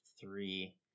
three